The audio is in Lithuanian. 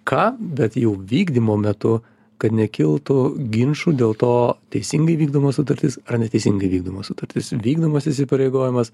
ką bet jau vykdymo metu kad nekiltų ginčų dėl to teisingai vykdoma sutartis ar neteisingai vykdoma sutartis vykdomas įsipareigojimas